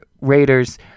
Raiders